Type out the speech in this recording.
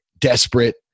desperate